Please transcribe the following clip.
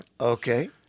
Okay